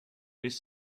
bis